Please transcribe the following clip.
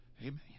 Amen